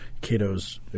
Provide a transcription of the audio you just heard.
Cato's